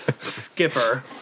Skipper